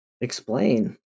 Explain